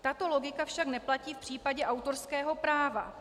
Tato logika však neplatí v případě autorského práva.